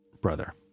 brother